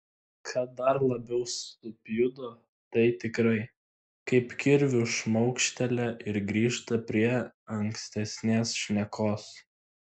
kad dar labiau supjudo tai tikrai kaip kirviu šmaukštelia ir grįžta prie ankstesnės šnekos